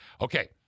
Okay